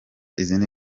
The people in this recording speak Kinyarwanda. izindi